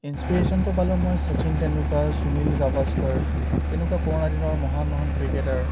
ইন্সপিৰেচনটো পালোঁ মই শচীন টেণ্ডুলকাৰ সুনীল গাভাস্কাৰ তেনেকুৱা পুৰণা দিনৰ মহান মহান ক্ৰিকেটাৰ